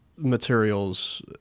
Materials